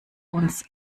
uns